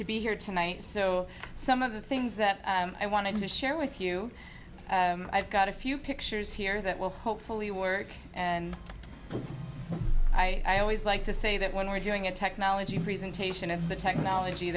be here tonight so some of the things that i want to share with you i've got a few pictures here that will hopefully work and i always like to say that when we're doing a technology presentation of the technology